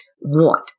want